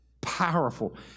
powerful